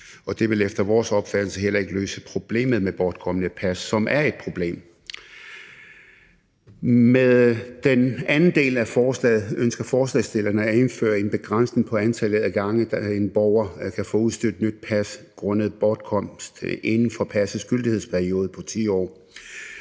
Det vil efter vores opfattelse heller ikke løse problemet med bortkomne pas, som er et problem. Med den anden del af forslaget ønsker forslagsstillerne at indføre en begrænsning på antallet af gange, hvor en borger kan få udstedt et nyt pas grundet bortkomst inden for passets gyldighedsperiode på 10 år.